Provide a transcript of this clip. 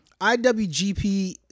IWGP